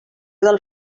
del